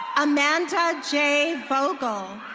amanda j vogel.